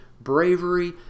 bravery